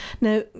now